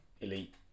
elite